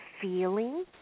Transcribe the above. feeling